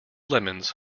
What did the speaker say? lemons